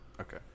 Okay